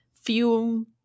fume